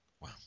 Wow